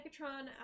megatron